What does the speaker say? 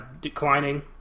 declining